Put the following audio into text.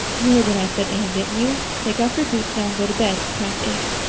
you heard what i said, anne, didn't you? take off your boots now and go to bed. it's past eight.